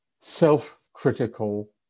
self-critical